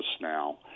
now